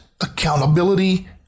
accountability